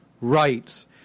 rights